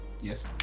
Yes